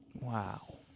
Wow